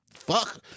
fuck